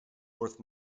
worth